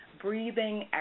breathing